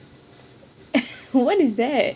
when is that